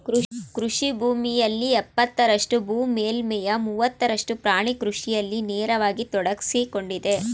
ಕೃಷಿ ಭೂಮಿಯಲ್ಲಿ ಎಪ್ಪತ್ತರಷ್ಟು ಭೂ ಮೇಲ್ಮೈಯ ಮೂವತ್ತರಷ್ಟು ಪ್ರಾಣಿ ಕೃಷಿಯಲ್ಲಿ ನೇರವಾಗಿ ತೊಡಗ್ಸಿಕೊಂಡಿದೆ